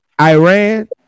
Iran